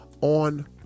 on